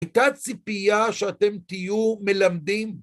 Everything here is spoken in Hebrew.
איתה ציפייה שאתם תהיו מלמדים.